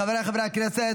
חבריי חברי הכנסת,